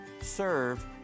serve